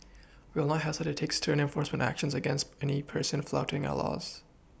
we will not hesitate to take stern enforcement actions against any person flouting our laws